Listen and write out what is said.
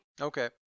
Okay